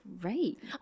Great